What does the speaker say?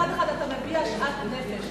מצד אחד אתה מביע שאט נפש,